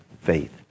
faith